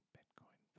Bitcoin